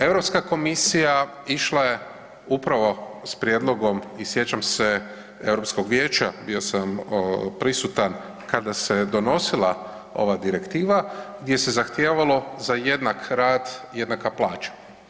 Europska komisija išla je upravo s prijedlogom i sjećam se Europskog vijeća bio sam prisutan kada se je donosila ova direktiva gdje se zahtijevalo za jednak rad jednaka plaća.